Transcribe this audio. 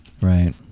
Right